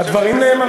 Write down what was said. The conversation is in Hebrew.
לא,